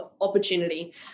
opportunity